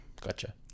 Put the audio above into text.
Gotcha